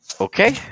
Okay